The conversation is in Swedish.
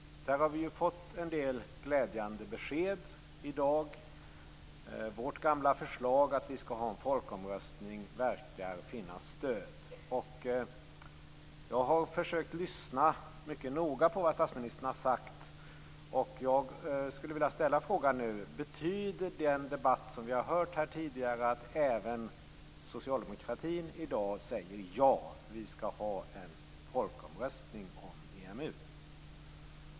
Vi har ju fått en del glädjande besked i dag. Vårt gamla förslag, att vi skall ha en folkomröstning, verkar det finnas stöd för. Jag har försökt att lyssna mycket noga på vad statsministern har sagt. Jag skulle nu vilja ställa frågan: Betyder den debatt som vi har hört här tidigare att även socialdemokratin i dag säger ja till att vi skall ha en folkomröstning om EMU?